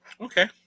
Okay